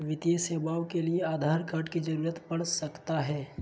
वित्तीय सेवाओं के लिए आधार कार्ड की जरूरत पड़ सकता है?